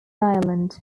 island